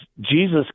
Jesus